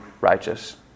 righteous